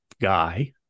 guy